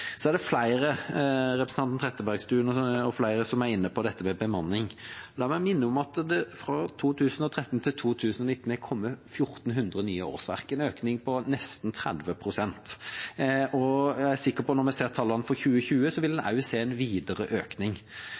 Representanten Trettebergstuen og flere andre er inne på dette med bemanning. La meg minne om at det fra 2013 til 2019 er kommet 1 400 nye årsverk – en økning på nesten 30 pst. Jeg er sikker på at når man ser tallene for 2020, vil man se en videre økning.